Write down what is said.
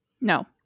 No